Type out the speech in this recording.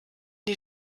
die